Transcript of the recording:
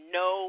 no